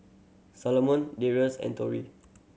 Salomon Darius and Tori